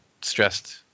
stressed